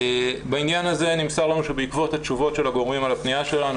בעניין הזה נמסר לנו שבעקבות התשובות של הגורמים על הפניה שלנו